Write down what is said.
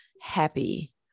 happy